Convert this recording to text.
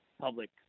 public